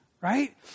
right